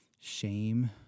shame